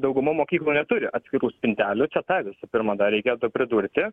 dauguma mokyklų neturi atskirų spintelių čia tą visų pirma dar reikia pridurti